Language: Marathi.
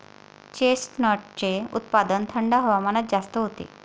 चेस्टनटचे उत्पादन थंड हवामानात जास्त होते